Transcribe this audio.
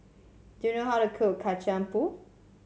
do you know how to cook Kacang Pool